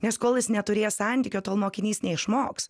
nes kol jis neturės santykio tol mokinys neišmoks